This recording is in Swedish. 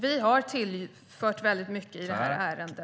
Vi har tillfört mycket i detta ärende.